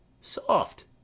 Soft